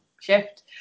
shift